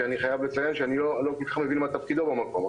ואני חייב לציין שאני לא כל כך מבין מה תפקידו במקום.